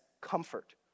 comfort